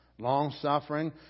long-suffering